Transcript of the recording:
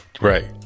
Right